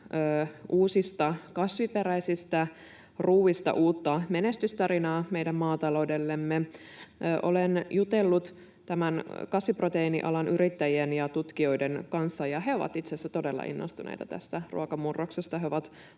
uusista kasviperäisistä ruuista uutta menestystarinaa meidän maataloudellemme. Olen jutellut kasviproteiinialan yrittäjien ja tutkijoiden kanssa, ja he ovat itse asiassa todella innostuneita tästä ruokamurroksesta.